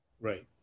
Right